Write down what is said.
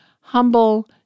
humble